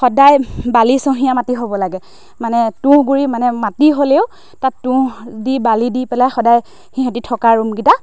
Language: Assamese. সদায় বালিচঁহীয়া মাটি হ'ব লাগে মানে তুঁহগুৰি মানে মাটি হ'লেও তাত তুঁহ দি বালি দি পেলাই সদায় সিহঁতি থকা ৰুমকেইটা